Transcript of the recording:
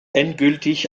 endgültig